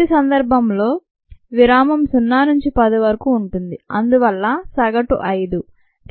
మొదటి సందర్భంలో విరామం 0 నుంచి 10 వరకు ఉంటుంది అందువల్ల సగటు 5